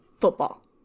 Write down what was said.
football